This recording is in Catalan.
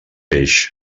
peix